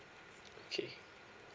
okay